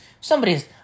somebody's